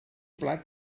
plat